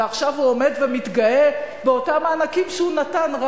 ועכשיו הוא עומד ומתגאה באותם מענקים שהוא נתן אז,